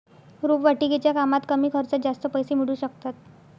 रोपवाटिकेच्या कामात कमी खर्चात जास्त पैसे मिळू शकतात